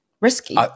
Risky